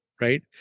right